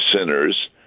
sinners